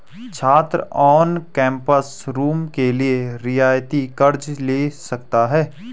छात्र on campus room के लिए रियायती कर्ज़ ले सकता है